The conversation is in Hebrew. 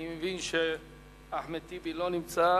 אני מבין שחבר הכנסת אחמד טיבי לא נמצא.